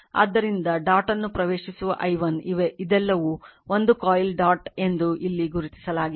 ಆದ್ದರಿಂದ ಡಾಟ್ ಅನ್ನು ಪ್ರವೇಶಿಸುವ i1 ಇದೆಲ್ಲವೂ ಒಂದು ಕಾಯಿಲ್ ಡಾಟ್ ಎಂದು ಇಲ್ಲಿ ಗುರುತಿಸಲಾಗಿದೆ